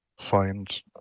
Find